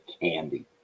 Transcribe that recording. candy